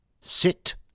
Sit